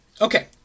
Okay